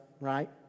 right